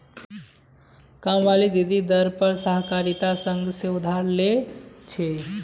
कामवाली दीदी दर पर सहकारिता संघ से उधार ले छे